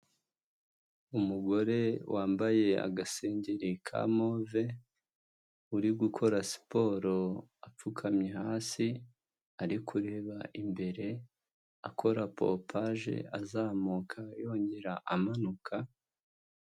Umugore wambaye agasengeri ka move uri gukora siporo apfukamye hasi, ari kureba imbere akora popaje azamuka yongera amanuka.